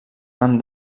van